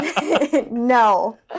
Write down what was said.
No